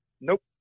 Nope